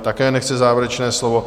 Také nechce závěrečné slovo.